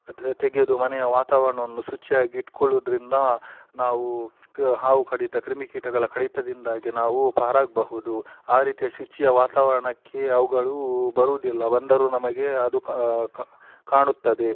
ತೆಗೆದು ಮನೆಯ ವಾತಾವರಣವನ್ನು ಶುಚಿಯಾಗಿ ಇಟ್ಕೊಳ್ಳೋದ್ರಿಂದ ನಾವು ಹಾವು ಕಡಿತ ಕ್ರಿಮಿ ಕೀಟಗಳ ಕಡಿತದಿಂದಾಗಿ ನಾವು ಪಾರಾಗಬಹುದು ಆ ರೀತಿಯ ಶುಚಿಯ ವಾತಾವರಣಕ್ಕೆ ಅವುಗಳು ಬರೋದಿಲ್ಲ ಬಂದರೂ ನಮಗೆ ಅದು ಕಾಣುತ್ತದೆ